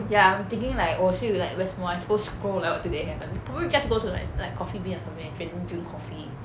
ya I'm thinking like oh so you like west mall my whole probably just go to like like Coffee Bean or something and then drink coffee